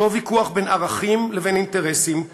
באותו ויכוח בין ערכים לבין אינטרסים,